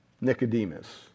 Nicodemus